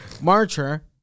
Marcher